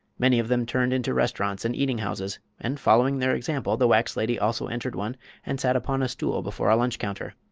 many of them turned into restaurants and eating houses, and following their example the wax lady also entered one and sat upon a stool before a lunch counter.